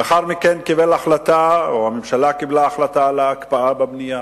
לאחר מכן הממשלה קיבלה החלטה על ההקפאה בבנייה.